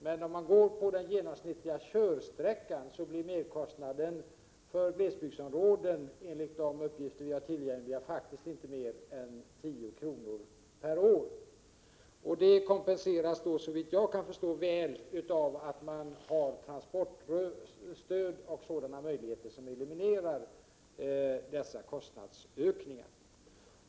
Men om man utgår från den genomsnittliga körsträckan, blir merkostnaden för glesbygdsområden enligt de uppgifter vi har tillgängliga faktiskt inte mer än 10 kr. per år. Och detta kompenseras, såvitt jag kan förstå, mycket väl av transportstöd och annat som eliminerar dessa kostnadsökningar.